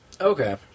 Okay